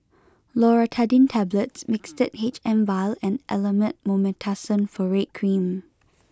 Loratadine Tablets Mixtard H M vial and Elomet Mometasone Furoate Cream